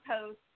post